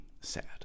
sad